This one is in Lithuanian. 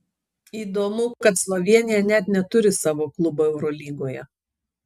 įdomu kad slovėnija net neturi savo klubo eurolygoje